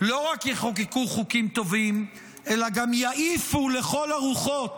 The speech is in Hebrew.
לא רק יחוקקו חוקים טובים אלא גם יעיפו לכל הרוחות